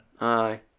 Aye